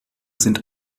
sind